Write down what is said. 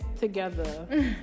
together